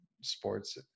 sports